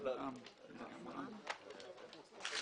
ננעלה בשעה 12:48.